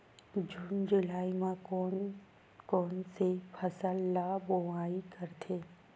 जून जुलाई म कोन कौन से फसल ल बोआई करथे?